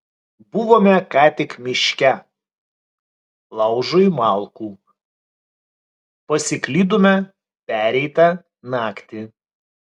buvome ką tik miške laužui malkų pasiklydome pereitą naktį